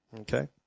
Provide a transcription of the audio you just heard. Okay